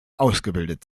ausgebildet